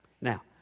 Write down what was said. Now